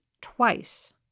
twice